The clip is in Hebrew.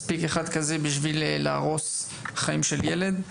מספיק אחד כזה בשביל להרוס חיים של ילד,